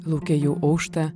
lauke jau aušta